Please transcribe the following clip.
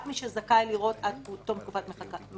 רק מי שזכאי לראות עד תום תקופת המחיקה.